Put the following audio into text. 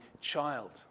child